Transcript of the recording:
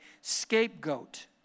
scapegoat